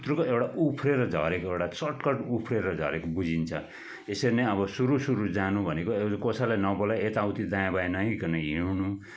खुत्रुक एउटा उफ्रेर झरेको एउटा सर्टकट उफ्रेर झरेको बुझिन्छ यसरी नै अब सुरुसुरु जानु भनेको कसैलाई नबोलाई यता उति दाँया बाँया नहेरिकन हिँड्नु